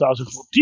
2014